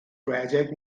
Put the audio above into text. rhedeg